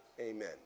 Amen